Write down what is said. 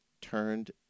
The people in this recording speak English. turned